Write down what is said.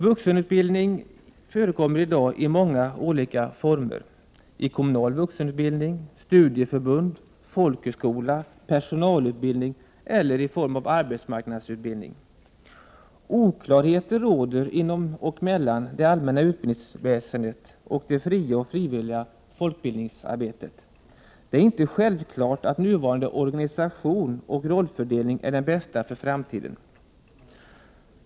Vuxenutbildning förekommer i dag i många olika former: i kommunal vuxenutbildning, studieförbund, folkhögskola, personalutbildning eller arbetsmarknadsutbildning. Oklarheter råder inom och mellan det allmänna utbildningsväsendet och det fria och frivilliga folkbildningsarbetet. Det är inte självklart att nuvarande organisation och rollfördelning är den bästa för framtiden.